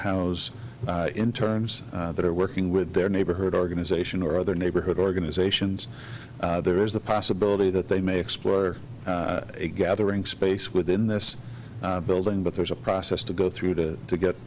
those in terms that are working with their neighborhood organization or other neighborhood organizations there is the possibility that they may explore a gathering space within this building but there's a process to go through to to get